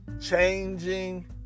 changing